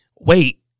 wait